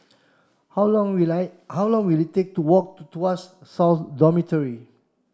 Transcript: how long will how long will it take to walk to Tuas South Dormitory